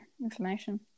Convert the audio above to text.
information